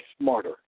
smarter